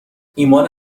ایمان